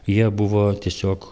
jie buvo tiesiog